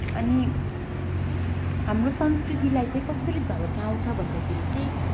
अनि हाम्रो संस्कृतिलाई चाहिँ कसरी झल्क्याउँछ भन्दाखेरि चाहिँ